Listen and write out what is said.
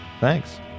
thanks